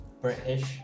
British